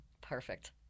Perfect